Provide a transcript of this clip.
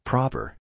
Proper